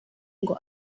ngo